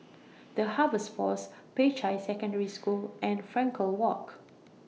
The Harvest Force Peicai Secondary School and Frankel Walk